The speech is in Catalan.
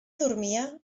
dormia